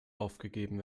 aufgegeben